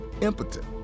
impotent